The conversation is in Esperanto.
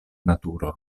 naturo